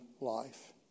life